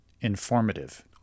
informative